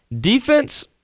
Defense